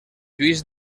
lluís